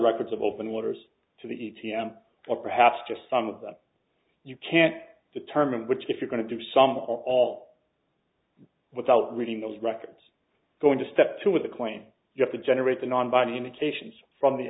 records of open letters to the t m or perhaps just some of them you can't determine which if you're going to do some all without reading those records going to step two with the coin you have to generate the non body indications from the